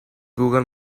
google